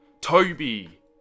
Toby